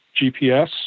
GPS